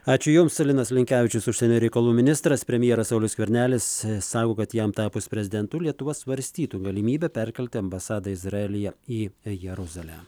ačiū jums linas linkevičius užsienio reikalų ministras premjeras saulius skvernelis sako kad jam tapus prezidentu lietuva svarstytų galimybę perkelti ambasadą izraelyje į jeruzalę